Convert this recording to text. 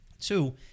two